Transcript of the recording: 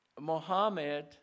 Mohammed